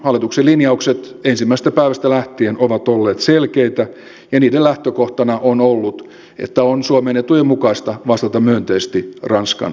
hallituksen linjaukset ensimmäisestä päivästä lähtien ovat olleet selkeitä ja niiden lähtökohtana on ollut että on suomen etujen mukaista vastata myönteisesti ranskan avunpyyntöön